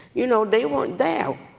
you know, they weren't there.